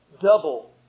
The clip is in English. double